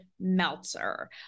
Meltzer